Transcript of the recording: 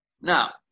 Now